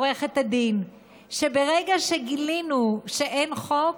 שברגע שגילינו שאין חוק,